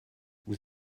vous